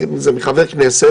זה יכול להיות מחבר כנסת,